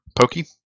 Pokey